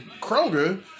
Kroger